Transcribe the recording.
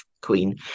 queen